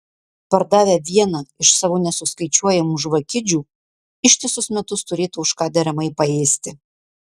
pardavę vieną iš savo nesuskaičiuojamų žvakidžių ištisus metus turėtų už ką deramai paėsti